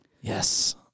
Yes